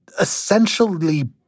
essentially